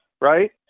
right